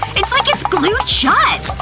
it's like it's glued shut